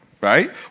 right